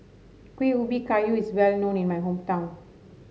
Kueh Ubi Kayu is well known in my hometown